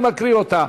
אני מקריא אותה,